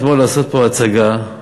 לעשות פה אתמול הצגה,